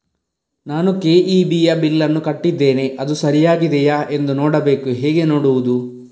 ನಾನು ಕೆ.ಇ.ಬಿ ಯ ಬಿಲ್ಲನ್ನು ಕಟ್ಟಿದ್ದೇನೆ, ಅದು ಸರಿಯಾಗಿದೆಯಾ ಎಂದು ನೋಡಬೇಕು ಹೇಗೆ ನೋಡುವುದು?